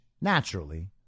naturally